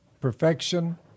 perfection